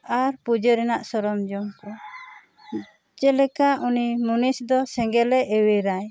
ᱟᱨ ᱯᱩᱡᱟᱹ ᱨᱮᱱᱟᱜ ᱥᱚᱨᱚᱱᱡᱚᱢ ᱠᱚ ᱪᱮᱫ ᱞᱮᱠᱟ ᱩᱱᱤ ᱢᱩᱱᱤᱥ ᱫᱚ ᱥᱮᱸᱜᱮᱞᱼᱮ ᱮᱣᱮᱨᱟᱭ ᱟᱨ